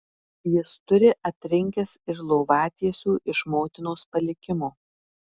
jis turi atrinkęs ir lovatiesių iš motinos palikimo